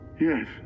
yes